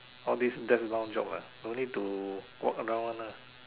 all these desk bound job lah no need to walk around one ah